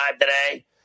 today